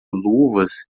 luvas